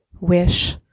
wish